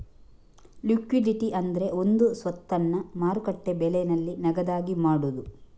liquidity ಅಂದ್ರೆ ಒಂದು ಸ್ವತ್ತನ್ನ ಮಾರುಕಟ್ಟೆ ಬೆಲೆನಲ್ಲಿ ನಗದಾಗಿ ಮಾಡುದು